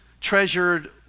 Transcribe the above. treasured